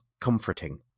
comforting